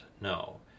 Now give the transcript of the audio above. No